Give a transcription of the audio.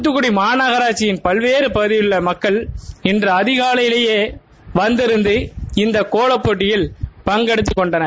தூத்துக்குடி மாநகராட்ன் பல்வேறு பகுதிகளில் இருந்து மக்கள் இன்று அதிகாலையிலேயே வந்திருந்து இந்த கோலப் போட்டியில் பங்கெடுத்துக் கொண்டனர்